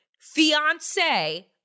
fiance